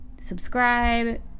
subscribe